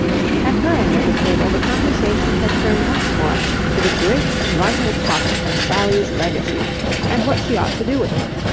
at her end of the table the conversation had turned once more to the great vital topic of sally's legacy and what she ought to do with it.